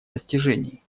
достижений